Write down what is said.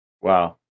wow